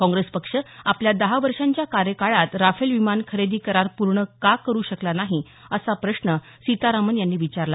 काँग्रेस पक्ष आपल्या दहा वर्षांच्या कार्यकाळात राफेल विमान खरेदी करार पूर्ण का करू शकला नाही असा प्रश्न सीतारामन यांनी विचारला